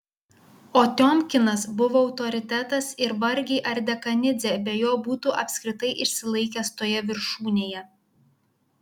o tiomkinas buvo autoritetas ir vargiai ar dekanidzė be jo būtų apskritai išsilaikęs toje viršūnėje